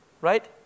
right